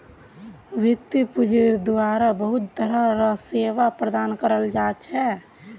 वित्तीय पूंजिर द्वारा बहुत तरह र सेवा प्रदान कराल जा छे